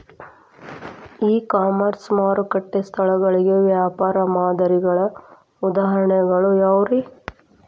E commerce ಮಾರುಕಟ್ಟೆ ಸ್ಥಳಗಳಿಗೆ ವ್ಯಾಪಾರ ಮಾದರಿಗಳ ಉದಾಹರಣೆಗಳು ಯಾವವುರೇ?